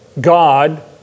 God